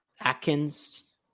atkins